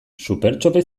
supertxope